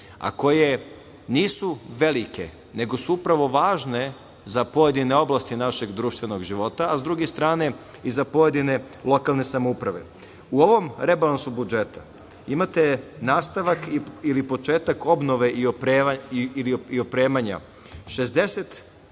a koje nisu velike nego su upravo važne za pojedine oblasti našeg društvenog života, a s druge strane, i za pojedine lokalne samouprave.U ovom rebalansu budžeta imate nastavak ili početak obnove i opremanja 63